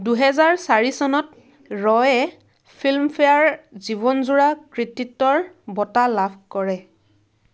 দুহেজাৰ চাৰি চনত ৰয়ে ফিল্মফেয়াৰ জীৱনজোৰা কৃতিত্বৰ বঁটা লাভ কৰে